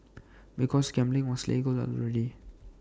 because gambling was legal already